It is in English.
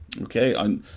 Okay